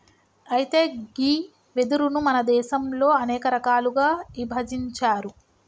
అయితే గీ వెదురును మన దేసంలో అనేక రకాలుగా ఇభజించారు